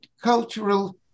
cultural